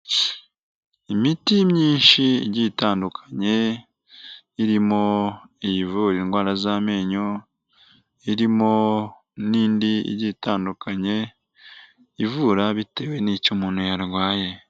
Imiti myinshi igiye itandukanye irimo iyivura indwara z'amenyo, irimo n'indi igiye itandukanye ivura bitewe n'icyo umuntu yarwaye.